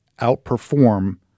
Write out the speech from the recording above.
outperform